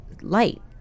light